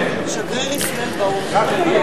(קוראת בשמות חברי הכנסת)